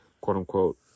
quote-unquote